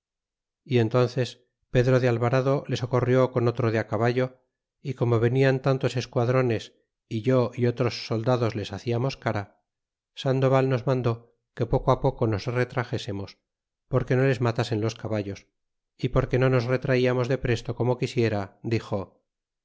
y entnces pedro de alvarado le socorrió con otro de caballo y como venian tantos esquadrones é yo y otros soldados les haciamos cara sandoval nos mandó que poco poco nos retraxesemos porque no les matasen los caballos fi porque no nos retraiamos de presto como quisiera dixo